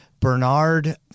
Bernard